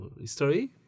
history